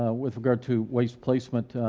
ah with regard to waste placement,